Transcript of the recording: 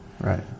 Right